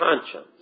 conscience